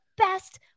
best